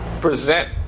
present